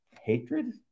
hatred